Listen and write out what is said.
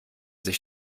sich